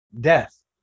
death